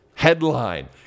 headline